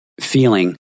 feeling